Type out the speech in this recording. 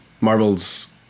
Marvel's